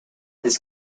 this